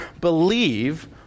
believe